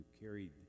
carried